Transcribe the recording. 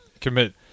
Commit